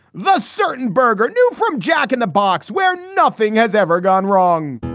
the certain burger new from jack in the box where nothing has ever gone wrong